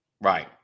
right